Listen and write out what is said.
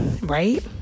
right